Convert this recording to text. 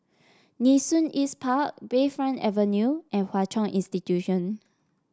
Nee Soon East Park Bayfront Avenue and Hwa Chong Institution